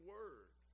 Word